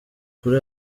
kuri